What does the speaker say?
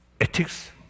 ethics